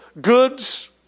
goods